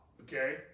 Okay